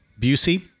Busey